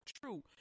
True